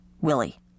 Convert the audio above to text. Willie